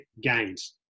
gains